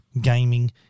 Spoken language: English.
gaming